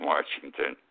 Washington